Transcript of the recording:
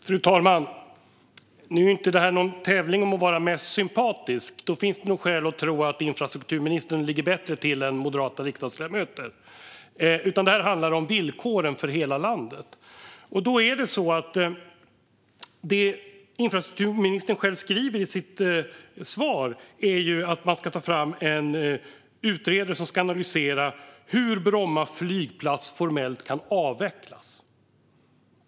Fru talman! Nu är ju inte det här någon tävling om att vara mest sympatisk, där det nog finns skäl att tro att infrastrukturministern ligger bättre till än moderata riksdagsledamöter, utan det här handlar om villkoren för hela landet. Det infrastrukturministern själv säger i sitt svar är ju att man ska ta fram en utredning som ska analysera hur Bromma flygplats formellt kan avvecklas.